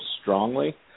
strongly